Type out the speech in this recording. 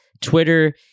Twitter